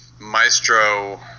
Maestro